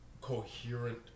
coherent